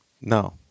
No